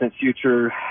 future